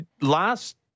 last